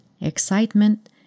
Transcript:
excitement